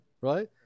Right